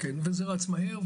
זה רץ מהר.